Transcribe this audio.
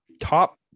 top